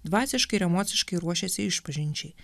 dvasiškai ir emociškai ruošiasi išpažinčiai